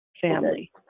family